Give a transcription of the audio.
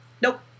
nope